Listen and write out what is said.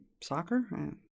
soccer